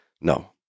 No